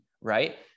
right